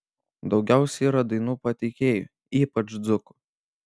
daugiausiai yra dainų pateikėjų ypač dzūkų